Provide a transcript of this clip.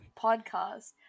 podcast